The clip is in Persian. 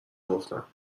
گفتم